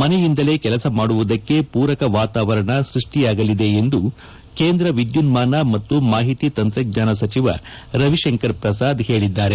ಮನೆಯಿಂದಲೇ ಕೆಲಸ ಮಾಡುವುದಕ್ಕೆ ಪೂರಕ ವಾತಾವರಣ ಸೃಷ್ಟಿಯಾಗಲಿದೆ ಎಂದು ಕೇಂದ್ರ ವಿದ್ಯುನ್ಮಾನ ಮತ್ತು ಮಾಹಿತಿ ತಂತ್ರಜ್ಞಾನ ಸಚಿವ ರವಿಶಂಕರ್ ಪ್ರಸಾದ್ ಹೇಳಿದ್ದಾರೆ